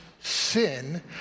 sin